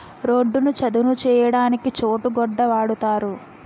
రోడ్డును చదును చేయడానికి చోటు గొడ్డ వాడుతారు